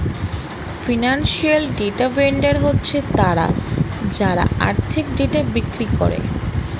financial data vendor হচ্ছে তারা যারা আর্থিক ডেটা বিক্রি করে